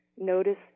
notice